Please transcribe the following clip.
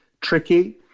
tricky